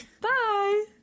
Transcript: Bye